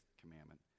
commandment